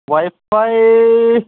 Y ফাই